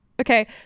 Okay